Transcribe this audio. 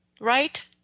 Right